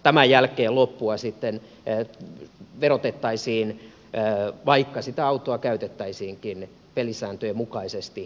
tämän jälkeen loppua sitten verotettaisiin vaikka sitä autoa käytettäisiinkin pelisääntöjen mukaisesti työn tekemiseen